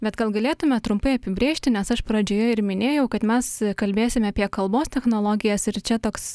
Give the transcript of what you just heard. bet gal galėtumėt trumpai apibrėžti nes aš pradžioje ir minėjau kad mes kalbėsime apie kalbos technologijas ir čia toks